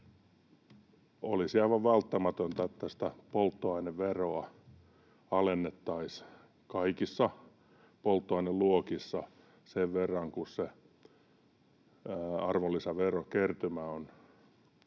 olisi aivan välttämätöntä, että sitä polttoaineveroa alennettaisiin kaikissa polttoaineluokissa sen verran kuin se arvonlisäverokertymä on kasvanut.